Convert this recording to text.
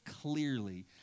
clearly